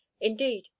indeed